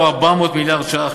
הוא 400 מיליארד ש"ח,